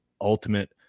ultimate